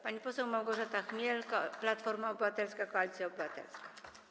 Pani poseł Małgorzata Chmiel, Platforma Obywatelska - Koalicja Obywatelska.